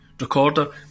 Recorder